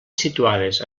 situades